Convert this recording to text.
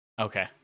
Okay